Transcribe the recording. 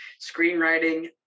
screenwriting